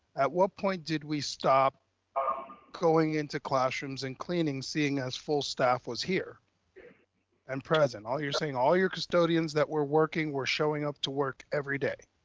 at what point did we stop going into classrooms and cleaning, seeing us full staff was here and present all your saying, all your custodians that were working were showing up to work every day.